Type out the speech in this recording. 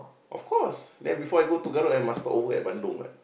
of course then before I go to Garut I must stop over at Bandung what